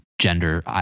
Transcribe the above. gender